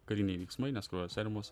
kariniai veiksmai nes kraujo serumas